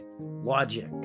logic